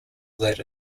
that